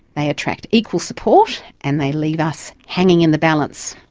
they attract equal support and they leave us hanging in the balance.